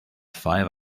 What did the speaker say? five